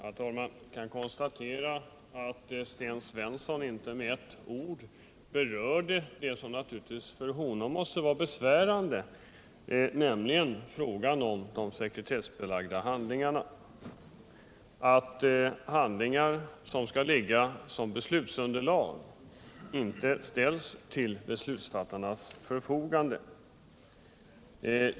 Herr talman! Jag konstaterar att Sten Svensson inte med ett ord berörde det som naturligtvis för honom måste vara besvärande, nämligen frågan om de sekretessbelagda handlingarna. Dessa handlingar, som skall utgöra beslutsunderlag, ställs alltså inte till beslutsfattarnas förfogande.